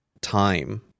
time